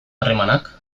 harremanak